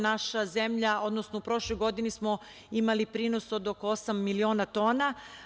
Naša zemlja, odnosno u prošloj godini smo imali prinos od oko osam miliona tona.